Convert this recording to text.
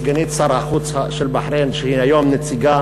סגנית שר החוץ של בחריין, שהיא היום נציגה